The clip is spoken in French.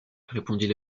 répondit